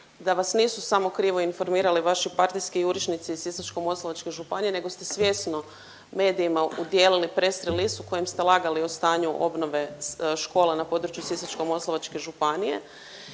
da vas nisu samo krivo informirali vaši partnerski jurišnici iz Sisačko-moslavačke županije nego ste svjesno medijima udijelili…/Govornik se ne razumije./…listu u kojoj ste lagali o stanju obnove škole na području Sisačko-moslavačke županije